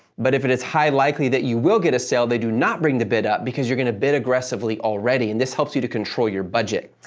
but if it is highly likely that you will get a sale, they do not bring the bid up because you're going to bid aggressively already, and this helps you to control your budget.